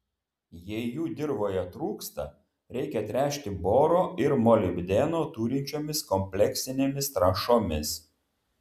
jei jų dirvoje trūksta reikia tręšti boro ir molibdeno turinčiomis kompleksinėmis trąšomis